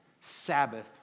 Sabbath